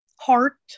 heart